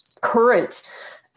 current